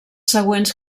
següents